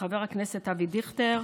וחבר הכנסת אבי דיכטר.